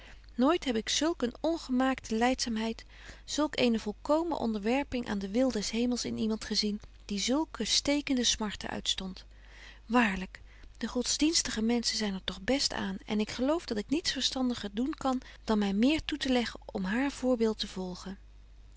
nooit heb ik zulk een ongemaakte lydzaamheid zulk eene volkomene onderwerping aan den wil des hemels in iemand gezien die zulke stekende smarten uitstondt waarlyk de godsdienstige menschen zyn er toch best aan en ik geloof dat ik niets verstandiger doen kan dan my meer toe te leggen om haar voorbeeld te volgen